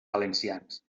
valencians